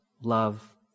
love